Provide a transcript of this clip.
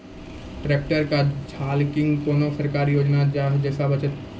Tractor के झाल किंग कोनो सरकारी योजना छ जैसा कुछ बचा तो है ते?